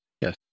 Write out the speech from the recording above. Yes